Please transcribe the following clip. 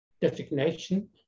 designation